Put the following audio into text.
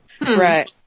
right